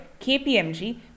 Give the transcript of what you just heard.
KPMG